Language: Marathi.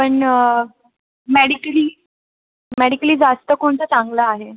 पन मेडिकली मेडिकली जास्त कोणतं चांगलं आहे